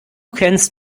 kennst